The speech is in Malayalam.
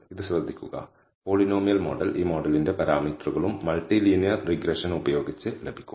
ഇത് ശ്രദ്ധിക്കുക പോളിനോമിയൽ മോഡൽ ഈ മോഡലിന്റെ പാരാമീറ്ററുകളും മൾട്ടി ലീനിയർ റിഗ്രഷൻ ഉപയോഗിച്ച് ലഭിക്കും